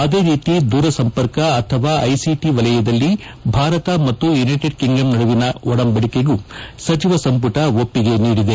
ಅದೇ ರೀತಿ ದೂರಸಂಪರ್ಕ ಅಥವಾ ಐಸಿಟಿ ವಲಯದಲ್ಲಿ ಭಾರತ ಮತ್ತು ಯುನೈಟಿಡ್ ಕಿಂಗ್ಡಮ್ ನಡುವಿನ ಒದಂಬಡಿಕೆಗೂ ಸಚಿವ ಸಂಪುಟ ಒಪ್ಪಿಗೆ ನೀಡಿದೆ